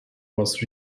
was